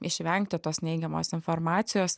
išvengti tos neigiamos informacijos